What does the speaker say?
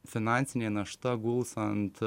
finansinė našta guls ant